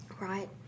Right